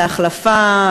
להחלפה,